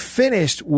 finished